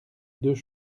deux